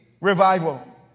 revival